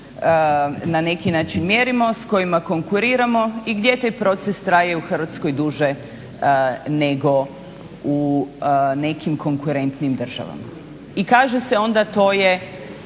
na neki način mjerimo s kojima konkuriramo i gdje taj proces traje u Hrvatskoj duže nego u nekim konkurentnim državama. I kaže se onda to je